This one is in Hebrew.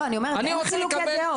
לא, אני אומרת, אין חילוקי דעות.